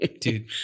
Dude